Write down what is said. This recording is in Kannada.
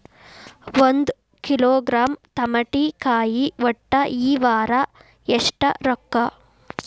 ಒಂದ್ ಕಿಲೋಗ್ರಾಂ ತಮಾಟಿಕಾಯಿ ಒಟ್ಟ ಈ ವಾರ ಎಷ್ಟ ರೊಕ್ಕಾ?